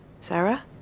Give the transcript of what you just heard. Sarah